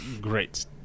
great